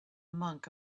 monk